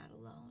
alone